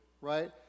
Right